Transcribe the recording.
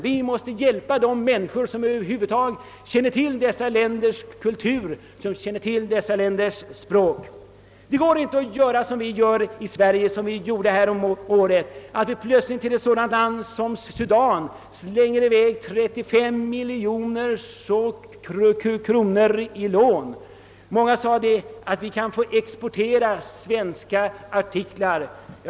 Vi måste hjälpa de människor som verkligen känner till dessa länders kultur och språk. Det går inte att göra som vi gjorde häromåret, då vi plötsligt till ett land som Sudan slängde iväg 35 miljoner kronor i lån. Många sade att vi därigenom kunde få exportera svenska artiklar.